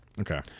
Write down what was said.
Okay